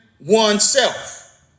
oneself